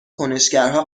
کنشگرها